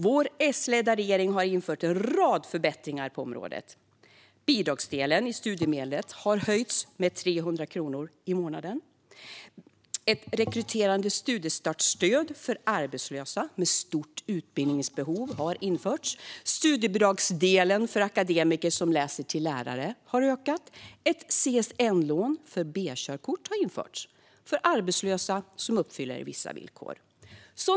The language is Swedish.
Vår S-ledda regering har infört en rad förbättringar på området: Bidragsdelen i studiemedlet har höjts med 300 kronor i månaden. Ett rekryterande studiestartsstöd för arbetslösa med stort utbildningsbehov har införts. Studiebidragsdelen för akademiker som läser till lärare har ökat. Ett CSN-lån för B-körkort har införts för arbetslösa som uppfyller vissa villkor.